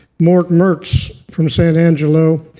mort mertz from san angelo,